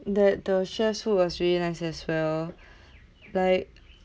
that the chefs who was really nice as well like